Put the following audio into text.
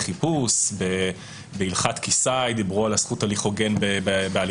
חיפוש; בהלכת קסאי דיברו על הזכות להליך הוגן בהליכי